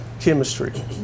chemistry